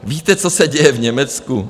Víte, co se děje v Německu?